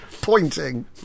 pointing